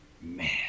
Man